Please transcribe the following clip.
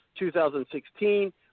2016